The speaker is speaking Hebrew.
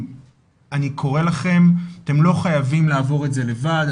אני קורא לכם אתם לא חייבים לעבור את זה לבד,